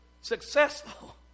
successful